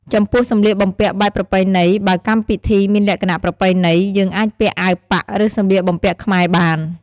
ចំពោះសម្លៀកបំពាក់បែបប្រពៃណីបើកម្មពិធីមានលក្ខណៈប្រពៃណី យើងអាចពាក់អាវប៉ាក់ ឬសម្លៀកបំពាក់ខ្មែរបាន។